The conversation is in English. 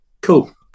Cool